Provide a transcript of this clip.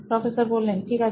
professor ঠিক আছে